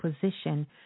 position